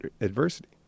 adversity